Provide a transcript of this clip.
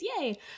yay